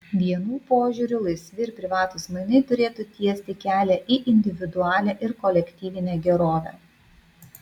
vienų požiūriu laisvi ir privatūs mainai turėtų tiesti kelią į individualią ir kolektyvinę gerovę